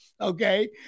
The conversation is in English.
Okay